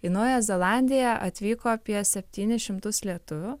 į naująją zelandiją atvyko apie septynis šimtus lietuvių